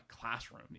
classroom